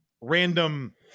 random